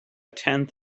tenth